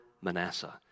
Manasseh